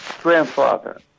grandfather